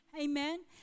Amen